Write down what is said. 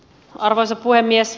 arvoisa puhemies